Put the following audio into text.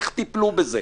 איך טיפלו בהן.